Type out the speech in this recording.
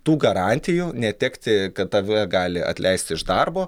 tų garantijų netekti kad tave gali atleisti iš darbo